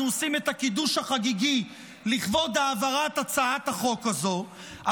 עושים את הקידוש החגיגי לכבוד העברת הצעת החוק הזאת.